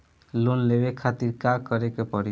Loan लेवे खातिर का करे के पड़ी?